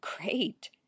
Great